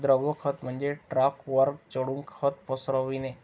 द्रव खत म्हणजे ट्रकवर चढून खत पसरविणे